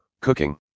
Cooking